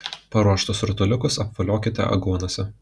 paruoštus rutuliukus apvoliokite aguonose